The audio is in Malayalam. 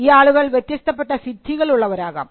ഈ ആളുകൾ വ്യത്യാസപ്പെട്ട സിദ്ധികളുള്ളവരാകാം